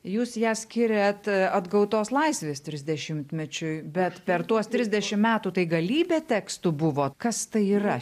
jūs ją skiriat atgautos laisvės trisdešimtmečiui bet per tuos trisdešim metų tai galybė tekstų buvo kas tai yra